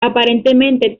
aparentemente